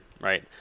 right